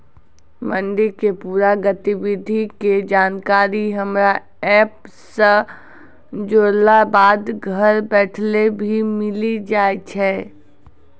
मंडी के पूरा गतिविधि के जानकारी हमरा एप सॅ जुड़ला बाद घर बैठले भी मिलि जाय छै